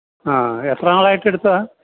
ആ എത്ര നാളായിട്ട് എടുത്തതാണ്